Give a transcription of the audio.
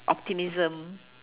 optimism